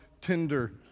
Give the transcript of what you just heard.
tender